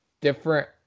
different